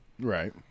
Right